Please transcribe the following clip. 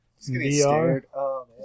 VR